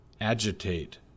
agitate